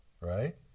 right